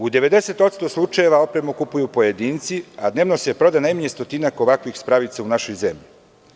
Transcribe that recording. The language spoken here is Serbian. U 90% slučajeva opremu kupuju pojedinci, a dnevno se proda najmanje stotinak ovakvih spravica u našoj zemlji.